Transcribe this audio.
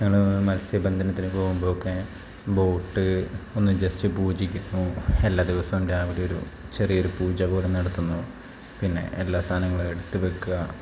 ഞങ്ങൾ മത്സ്യബന്ധനത്തിന് പോവുമ്പോഴൊക്കെ ബോട്ട് ഒന്ന് ജസ്റ്റ് പൂജിക്കുന്നു എല്ലാ ദിവസവും രാവിലെ ഒരു ചെറിയ ഒരു പൂജ പോലെ നടത്തുന്നു പിന്നെ എല്ലാ സാധനങ്ങളും എടുത്തു വയ്ക്കുക